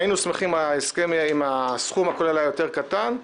היינו שמחים אם הסכום הכולל היה יותר קטן,